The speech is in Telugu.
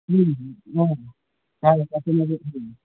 చాలా చక్కగా చెప్పినావు